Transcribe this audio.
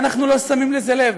ואנחנו לא שמים לזה לב,